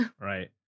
Right